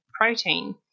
protein